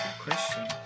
question